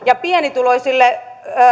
pienituloisille